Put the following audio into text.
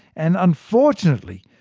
and unfortunately,